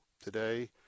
today